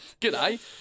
G'day